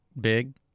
Big